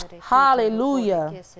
Hallelujah